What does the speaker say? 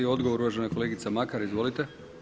I odgovor uvažena kolegica Makar, izvolite.